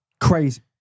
crazy